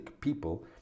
people